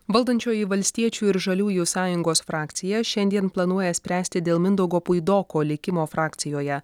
valdančioji valstiečių ir žaliųjų sąjungos frakcija šiandien planuoja spręsti dėl mindaugo puidoko likimo frakcijoje